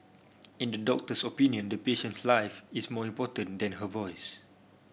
in the doctor's opinion the patient's life is more important than her voice